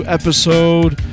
episode